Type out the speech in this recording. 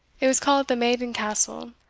it was called the maiden castle,